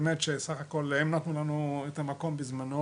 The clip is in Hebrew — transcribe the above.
שבסך הכל באמת הם נתנו לנו את המקום בזמנו,